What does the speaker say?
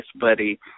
buddy